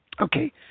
Okay